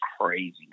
crazy